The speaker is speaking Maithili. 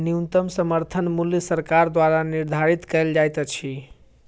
न्यूनतम समर्थन मूल्य सरकार द्वारा निधारित कयल जाइत अछि